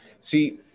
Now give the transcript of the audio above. See